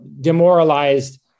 demoralized